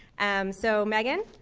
um so, megan?